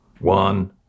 One